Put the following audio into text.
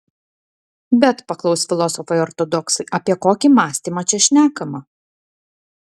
bet paklaus filosofai ortodoksai apie kokį mąstymą čia šnekama